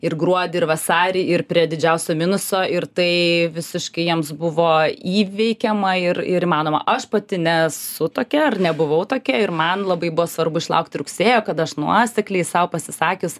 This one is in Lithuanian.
ir gruodį ir vasarį ir prie didžiausio minuso ir tai visiškai jiems buvo įveikiama ir ir įmanoma aš pati nesu tokia ir nebuvau tokia ir man labai buvo svarbu išlaukti rugsėjo kad aš nuosekliai sau pasisakius